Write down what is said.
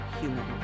Human